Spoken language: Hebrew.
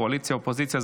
קואליציה-אופוזיציה,